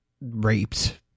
raped